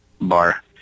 bar